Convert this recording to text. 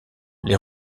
les